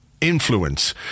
influence